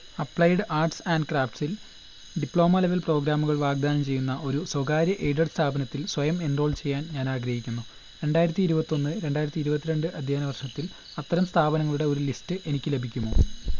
applied arts and ക്രാഫ്റ്റ്സില് diploma level പ്രോഗ്രാമുകൾ വാഗ്ദാനം ചെയ്യുന്ന ഒരു സ്വകാര്യ എയ്ഡഡ് സ്ഥാപനത്തിൽ സ്വയം എൻറോൾ ചെയ്യാൻ ഞാൻ ആഗ്രഹിക്കുന്നു രണ്ടായിരത്തി ഇരുപത്തിയൊന്ന് ഇരുപത്തിരണ്ട് അധ്യയന വർഷത്തിൽ അത്തരം സ്ഥാപനങ്ങളുടെ ഒരു ലിസ്റ്റ് എനിക്ക് ലഭിക്കുമോ